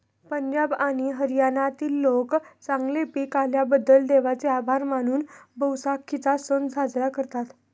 पंजाब आणि हरियाणातील लोक चांगले पीक आल्याबद्दल देवाचे आभार मानून बैसाखीचा सण साजरा करतात